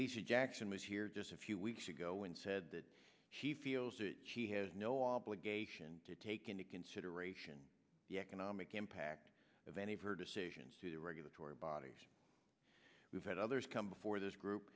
lisa jackson was here just a few weeks ago and said that she feels she has no obligation to take into consideration the economic impact of any of her decisions to the regulatory bodies we've had others come before this group